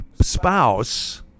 spouse